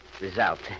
result